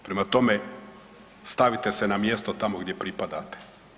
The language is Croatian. Prema tome, stavite se na mjesto tamo gdje pripadate.